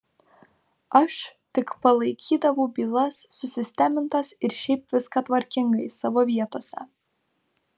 aš tik palaikydavau bylas susistemintas ir šiaip viską tvarkingai savo vietose